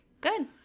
Good